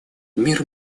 мир